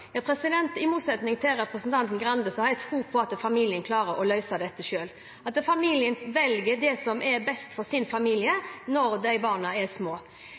I motsetning til representanten Grande har jeg tro på at familien klarer å løse dette selv, at man velger det som er best for sin familie når barna er små.